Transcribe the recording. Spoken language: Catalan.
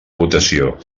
votació